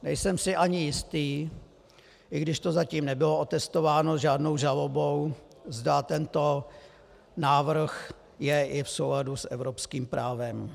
Nejsem si ani jistý, i když to zatím nebylo otestováno žádnou žalobou, zda tento návrh je v souladu s evropským právem.